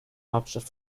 hauptstadt